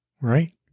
right